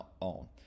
on